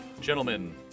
gentlemen